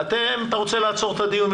אתה רוצה לעצור את הדיון,